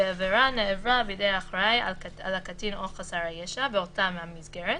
והעבירה נעברה בידי האחראי על הקטין או חסר הישע באותה מסגרת,